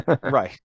right